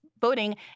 voting